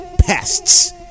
pests